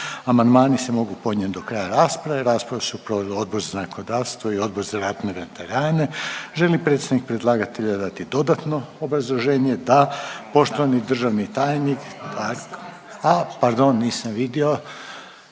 Amandmani se mogu podnijeti do kraja rasprave. Raspravu su proveli Odbor za zakonodavstvo i Odbor za ratne veterane. Želi li predstavnik predlagatelja dati dodatno obrazloženje? Da. Poštovani državni tajnik, a pardon nisam vidio